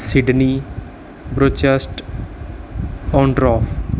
Sydney rochester honduras